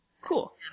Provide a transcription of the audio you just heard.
Cool